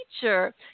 Teacher